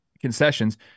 concessions